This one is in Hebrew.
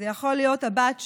זו יכולה להיות הבת שלי,